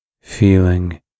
feeling